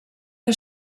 que